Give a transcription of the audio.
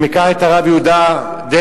אם ניקח את הרב יהודה דרעי,